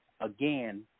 again